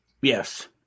Yes